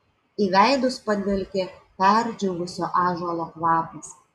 į veidus padvelkė perdžiūvusio ąžuolo kvapas